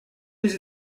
les